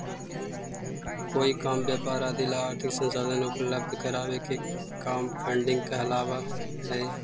कोई काम व्यापार आदि ला आर्थिक संसाधन उपलब्ध करावे के काम फंडिंग कहलावऽ हई